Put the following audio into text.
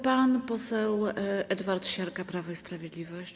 Pan poseł Edward Siarka, Prawo i Sprawiedliwość.